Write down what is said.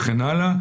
וכן הלאה,